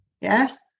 Yes